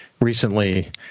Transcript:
recently –